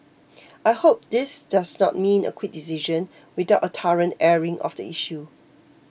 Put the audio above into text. I hope this does not mean a quick decision without a thorough airing of the issue